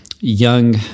young